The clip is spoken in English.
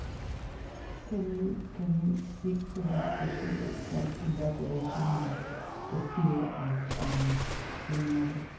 can you can you speak to that issue of self-congratulation or the fear of doing that.